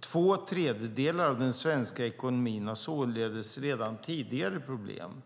Två tredjedelar av den svenska ekonomin hade således redan tidigare problem.